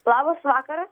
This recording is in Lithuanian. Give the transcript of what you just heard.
labas vakaras